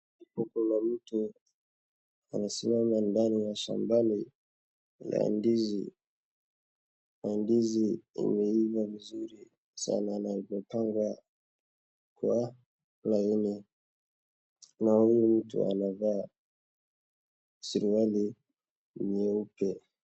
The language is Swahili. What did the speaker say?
Hapo kuna mtu anasimama ndani ya shambani ya ndizi na ndizi imeiva vizuri sana na imepangwa kwa laini. Na huyu mtu anavaa suruali nyeupe.